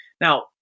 Now